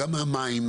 וגם מהמים,